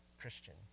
Christian